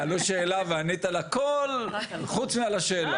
שאלו שאלה וענית על הכול חוץ מעל השאלה,